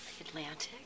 Atlantic